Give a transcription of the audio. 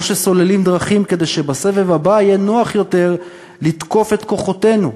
או שסוללים דרכים כדי שבסבב הבא יהיה נוח יותר לתקוף את כוחותינו?